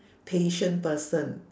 patient person